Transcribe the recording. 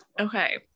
Okay